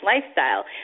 lifestyle